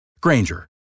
Granger